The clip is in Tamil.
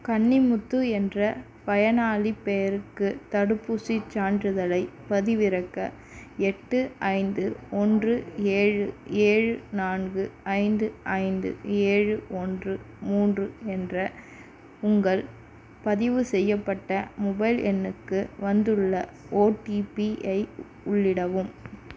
கன்னிமுத்து என்ற பயனாளிப் பெயருக்கு தடுப்பூசிச் சான்றிதழைப் பதிவிறக்க எட்டு ஐந்து ஒன்று ஏழு ஏழு நான்கு ஐந்து ஐந்து ஏழு ஒன்று மூன்று என்ற உங்கள் பதிவு செய்யப்பட்ட மொபைல் எண்ணுக்கு வந்துள்ள ஓடிபி ஐ உள்ளிடவும்